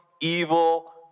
evil